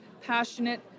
passionate